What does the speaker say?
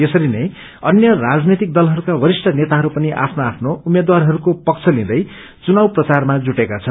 यसरी नै अन्य राजनैतिक दलहरूका वरिष्ठ नेताहरू पनि आफ्नो आफ्नो उम्मेद्वारहरूको पक्ष लिँदै चुनाव प्रचारमा जुटेका छन्